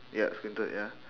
ya squinted ya